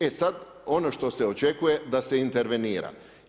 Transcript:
E sad, ono što se očekuje da se intervenira.